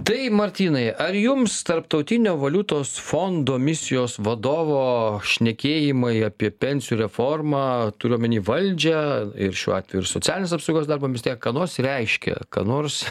tai martynai ar jums tarptautinio valiutos fondo misijos vadovo šnekėjimai apie pensijų reformą turiu omeny valdžią ir šiuo atveju ir socialinės apsaugos darbo ministeriją ką nors reiškia ką nors